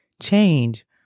change